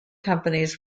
companies